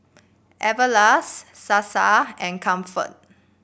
Everlast Sasa and Comfort